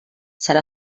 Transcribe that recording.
serà